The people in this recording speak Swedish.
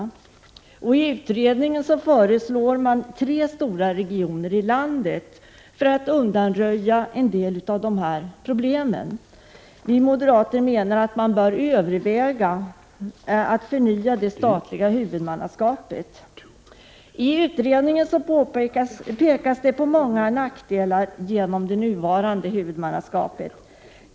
Svernes utredning föreslår tre stora regioner i landet för att undanröja en del av problemen. Vi moderater menar att man bör överväga ett förnyat statligt huvudmannaskap. I utredningen pekas det på många nackdelar genom nuvarande huvudmannaskap.